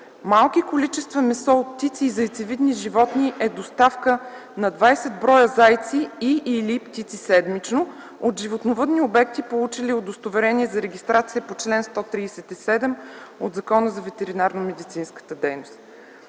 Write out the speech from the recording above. Малки количества месо от птици и зайцевидни животни е доставка на 20 бр. зайци и/или птици седмично от животновъдни обекти, получили Удостоверение за регистрация по чл. 137 от Закона за ветеринарномедицинската дейност.